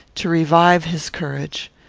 to revive his courage.